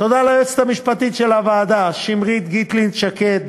תודה ליועצת המשפטית של הוועדה שמרית גיטלין-שקד,